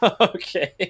Okay